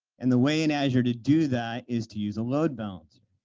and the way in azure to do that is to use a load balancer.